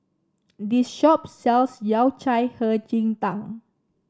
this shop sells Yao Cai Hei Ji Tang